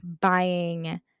buying